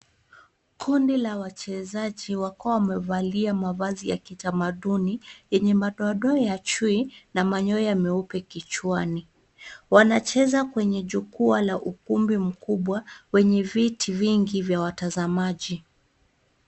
Kundi la wachezaji wakiwa wamevalia mavazi ya kitamaduni, yenye madoadoa ya chui na manyoya meupe kichwani. Wanacheza kwenye jukwaa la ukumbi mkubwa, wenye viti vingi vya watazamaji.